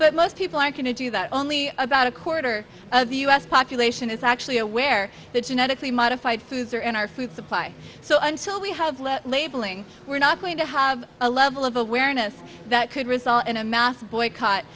but most people aren't going to do that only about a quarter of the u s population is actually aware that genetically modified foods are in our food supply so until we have let labeling we're not going to have a level of awareness that could result in a mass boycott